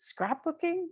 scrapbooking